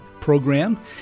program